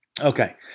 okay